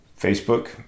Facebook